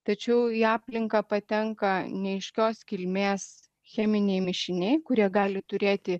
tačiau į aplinką patenka neaiškios kilmės cheminiai mišiniai kurie gali turėti